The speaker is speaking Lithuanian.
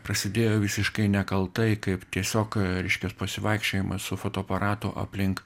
prasidėjo visiškai nekaltai kaip tiesiog reiškias pasivaikščiojimas su fotoaparatu aplink